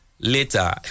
Later